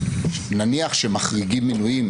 נניח שמחריגים מינויים,